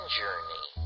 journey